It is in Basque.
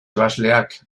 ebasleak